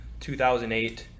2008